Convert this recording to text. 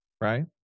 right